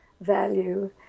value